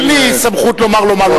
אין לי סמכות לומר לו מה לומר.